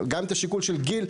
גם את השיקול של גיל,